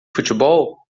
futebol